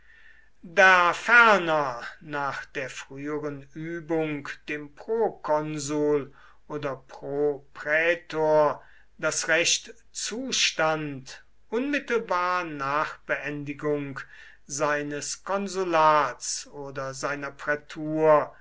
da ferner nach der früheren übung dem prokonsul oder proprätor das recht zustand unmittelbar nach beendigung seines konsulats oder seiner prätur